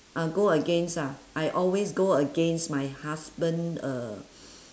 uh go against ah I always go against my husband uh